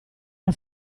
era